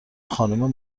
خانوم